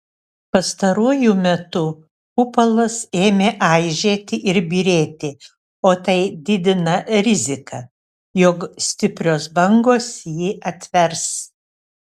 pastaruoju metu kupolas ėmė aižėti ir byrėti o tai didina riziką jog stiprios bangos jį atvers